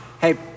Hey